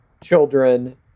children